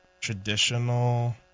traditional